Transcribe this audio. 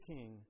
King